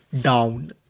down